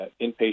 inpatient